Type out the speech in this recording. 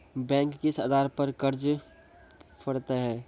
Bank किस आधार पर कर्ज पड़तैत हैं?